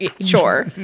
Sure